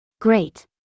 Great